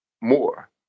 more